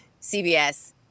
CBS